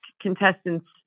contestants